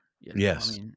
Yes